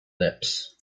lips